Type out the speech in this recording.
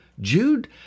Jude